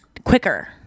quicker